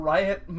Riot